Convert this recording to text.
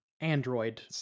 android